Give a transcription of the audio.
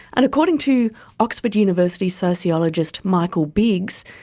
and according to oxford university sociologist michael biggs,